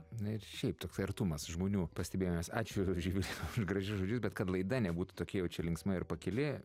na ir šiaip toks artumas žmonių pastebėjimas ačiū živivi už gražius žodžius bet kad laida nebūtų tokia jau čia linksma ir pakili